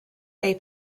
they